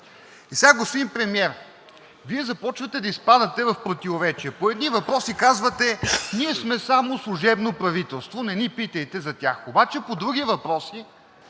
Господин Премиер, Вие започвате да изпадате в противоречие – по едни въпроси казвате: ние сме само служебно правителство, не ни питайте за тях, обаче по други въпроси